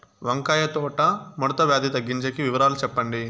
వంకాయ తోట ముడత వ్యాధి తగ్గించేకి వివరాలు చెప్పండి?